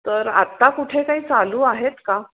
तर आता कुठे काही चालू आहेत का